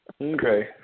Okay